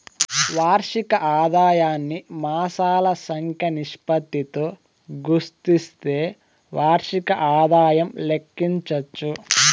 వార్షిక ఆదాయాన్ని మాసాల సంఖ్య నిష్పత్తితో గుస్తిస్తే వార్షిక ఆదాయం లెక్కించచ్చు